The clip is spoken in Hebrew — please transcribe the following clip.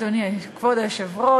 כבוד היושב-ראש,